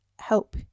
help